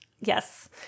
Yes